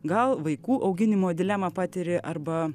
gal vaikų auginimo dilemą patiri arba